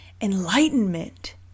enlightenment